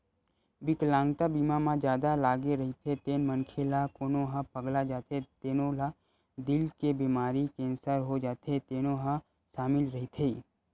बिकलांगता बीमा म जादा लागे रहिथे तेन मनखे ला कोनो ह पगला जाथे तेनो ला दिल के बेमारी, केंसर हो जाथे तेनो ह सामिल रहिथे